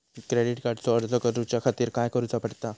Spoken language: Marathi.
क्रेडिट कार्डचो अर्ज करुच्या खातीर काय करूचा पडता?